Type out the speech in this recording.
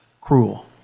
cruel